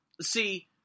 See